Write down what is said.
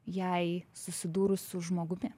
jai susidūrus su žmogumi